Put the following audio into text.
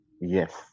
Yes